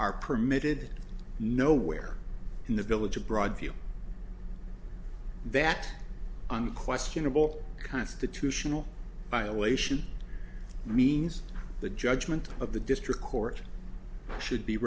are permitted nowhere in the village of broad view that unquestionable constitutional violation means the judgment of the district court should be